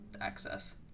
access